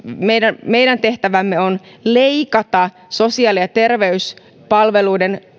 meidän meidän tehtävämme on leikata sosiaali ja terveyspalveluiden